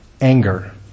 Anger